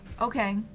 Okay